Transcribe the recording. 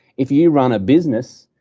if you run a business,